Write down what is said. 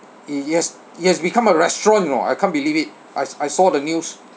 it it has it has become a restaurant you know I can't believe it I I saw the news